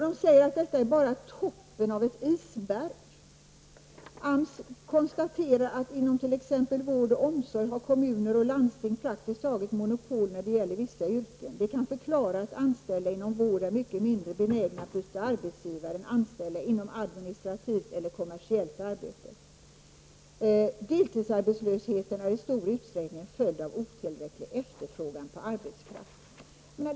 Det sägs att detta bara är toppen av ett isberg. AMS konstaterar att kommuner och landsting inom t.ex. vård och omsorg praktiskt taget har monopol när det gäller vissa yrken. Det kan förklara att anställda inom vården är mycket mindre benägna att byta arbetsgivare än anställda inom administrativt eller kommersiellt arbete. Deltidsar betslösheten är i stor utsträckning en följd av otillräcklig efterfrågan på arbetskraft.